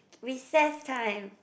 recess time